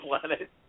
Planet